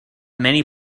many